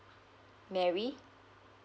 mary